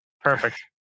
Perfect